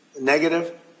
negative